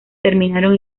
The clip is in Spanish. terminaron